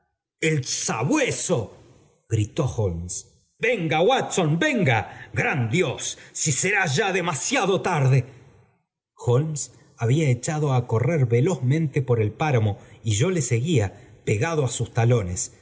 el sabueso gritó holmes venga venga gran dios si será j zlt t ms s holmes había echado á correr velozmente por i el párarrio y yo lo eeguía pegado á sus talones